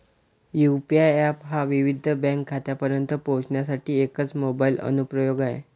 UPI app हा विविध bank खात्यांपर्यंत पोहोचण्यासाठी एकच मोबाइल अनुप्रयोग आहे